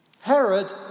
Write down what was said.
Herod